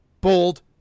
bold